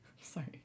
sorry